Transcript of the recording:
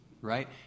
right